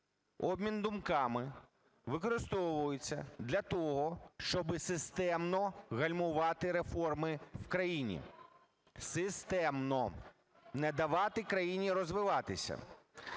обмін думками, використовується для того, щоб системно гальмувати реформи в країні. Системно не давати країні розвиватися.